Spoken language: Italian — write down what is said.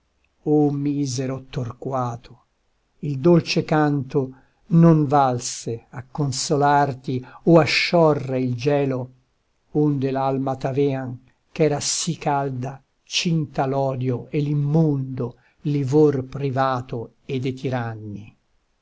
oh misero torquato il dolce canto non valse a consolarti o a sciorre il gelo onde l'alma t'avean ch'era sì calda cinta l'odio e l'immondo livor privato e de tiranni